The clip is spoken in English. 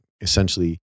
essentially